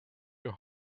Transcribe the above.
your